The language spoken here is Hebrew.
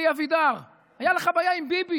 אלי אבידר, הייתה לך בעיה עם ביבי,